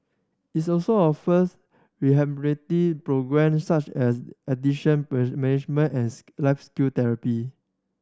its also offers rehabilitative programme such as addiction management and life skill therapy